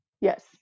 Yes